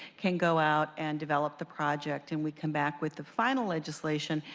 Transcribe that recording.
can go out and develop the project and we come back with the final legislation.